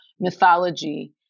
mythology